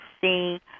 see